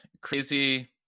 crazy